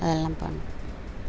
அதெல்லாம் பண்ணுறோம்